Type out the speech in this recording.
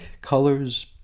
Colors